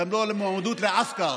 גם לא למועמדות ל"עסכר".